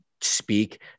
speak